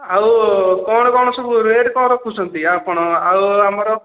ଆଉ କ''ଣ କ'ଣ ସବୁ ରେଟ୍ କ'ଣ ରଖୁଛନ୍ତି ଆପଣ ଆଉ ଆମର